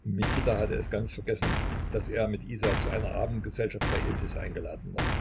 mikita hatte es ganz vergessen daß er mit isa zu einer abendgesellschaft bei iltis eingeladen war